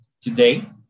today